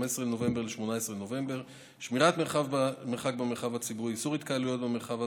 בנובמבר ל-18 בנובמבר: שמירת מרחק במרחב הציבורי,